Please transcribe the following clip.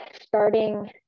starting